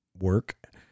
work